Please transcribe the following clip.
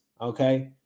okay